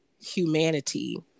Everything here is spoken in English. humanity